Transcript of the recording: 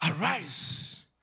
Arise